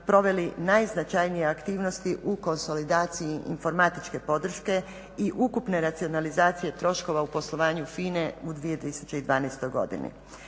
proveli najznačajnije aktivnosti u konsolidaciji informatičke podrške i ukupne racionalizacije troškova u poslovanju FINA-e u 2012.godini.